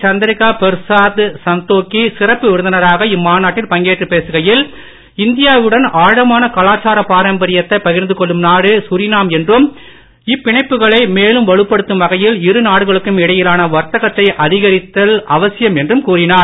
சந்திரிகா பெர்சாத் சந்தோக்கி சிறப்பு விருந்தினராக இம்மாநாட்டில் பங்கேற்றுப் பேசுகையில் இந்தியாவுடன் ஆழமான கலாச்சாரப் பாரம்பரியத்தை பகிர்ந்துகொள்ளும் நாடு சுரிநாம் என்றும் இப்பிணைப்புகளை மேலும் வலுப்படுத்தும் வகையில் இரு நாடுகளுக்கும் இடையிலான வரத்தகத்தை அதிகரித்தல் அவசியம் என்றும் கூறினார்